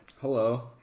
Hello